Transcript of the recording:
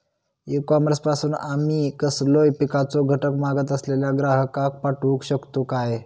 E commerce पासून आमी कसलोय पिकाचो घटक मागत असलेल्या ग्राहकाक पाठउक शकतू काय?